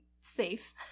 safe